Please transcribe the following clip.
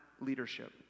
leadership